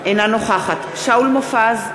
אינה נוכחת שאול מופז,